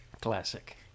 Classic